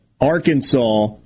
Arkansas